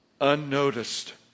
unnoticed